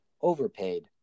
overpaid